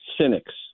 cynics